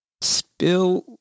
spill